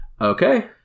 Okay